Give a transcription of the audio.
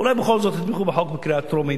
אולי בכל זאת תתמכו בחוק בקריאה טרומית.